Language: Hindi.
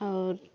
और